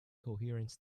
coherence